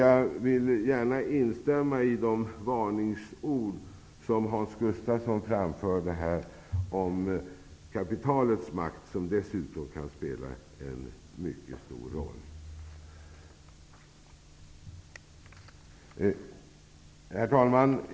Jag vill gärna instämma i de varningsord som Hans Gustafsson här framförde om kapitalets makt, som dessutom kan spela en mycket stor roll. Herr talman!